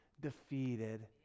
defeated